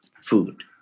food